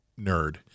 nerd